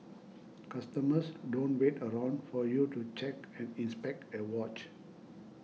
customers don't wait around for you to check and inspect a watch